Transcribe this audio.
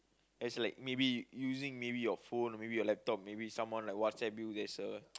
as like maybe using your phone or maybe your laptop maybe someone like WhatsApp you there's a